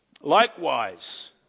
Likewise